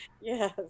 yes